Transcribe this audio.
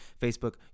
Facebook